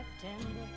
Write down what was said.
September